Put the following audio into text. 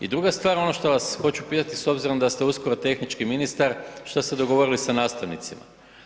I druga stvar ono što vas hoću pitati, s obzirom da ste uskoro tehnički ministar, što ste dogovorili s nastavnicima?